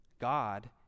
God